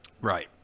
Right